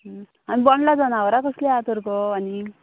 आनी बोंडला जनावरां कसलीं आहा तर गो आनी